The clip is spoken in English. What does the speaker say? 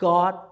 God